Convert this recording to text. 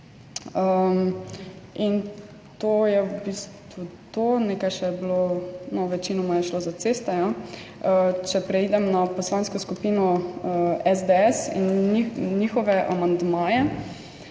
In to je v bistvu to, nekaj je še bilo, večinoma je šlo za ceste. Če preidem na Poslansko skupino SDS in njihove amandmaje,